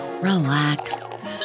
relax